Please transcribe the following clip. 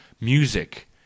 music